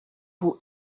vous